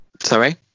Sorry